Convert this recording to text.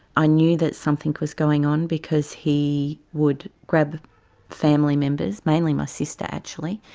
i knew that something was going on because he would grab family members, mainly my sister actually,